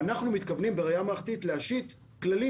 אנחנו מתכוונים בראייה מערכתית להשית כללים